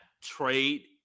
trade